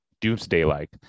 doomsday-like